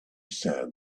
said